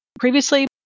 previously